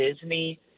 Disney